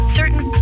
certain